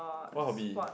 what hobby